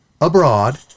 abroad